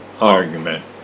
argument